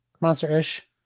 Monster-ish